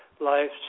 life